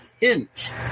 hint